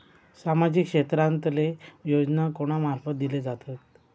सामाजिक क्षेत्रांतले योजना कोणा मार्फत दिले जातत?